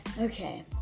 okay